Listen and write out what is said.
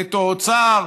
נטו אוצר,